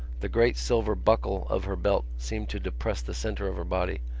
the great silver buckle of her belt seemed to depress the centre of her body,